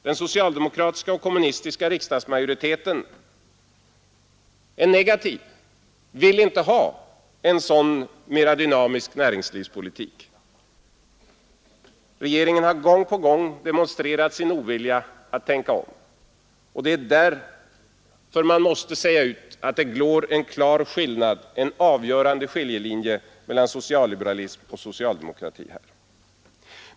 Den socialdemokratiska och kommunistiska riksdagsmajoriteten är negativ, vill inte ha en sådan mera dynamisk näringslivspolitik. Regeringen har gång på gång demonstrerat sin ovilja att tänka om, och därför måste man säga ut att här går en avgörande skiljelinje mellan socialliberalism och socialdemokrati.